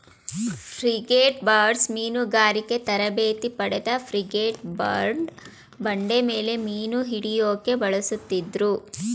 frigatebirds ಮೀನುಗಾರಿಕೆ ತರಬೇತಿ ಪಡೆದ ಫ್ರಿಗೇಟ್ಬರ್ಡ್ನ ಬಂಡೆಮೇಲೆ ಮೀನುಹಿಡ್ಯೋಕೆ ಬಳಸುತ್ತಿದ್ರು